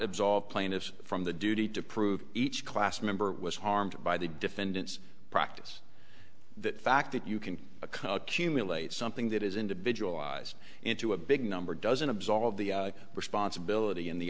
absolve plaintiffs from the duty to prove each class member was harmed by the defendant's practice the fact that you can cut cumulate something that is individual eyes into a big number doesn't absolve the responsibility in the